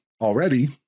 already